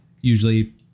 Usually